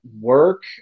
work